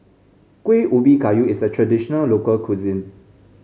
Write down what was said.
Kuih Ubi Kayu is a traditional local cuisine